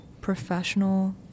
professional